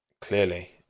Clearly